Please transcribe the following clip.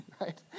right